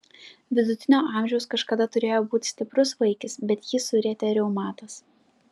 vidutinio amžiaus kažkada turėjo būti stiprus vaikis bet jį surietė reumatas